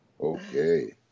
Okay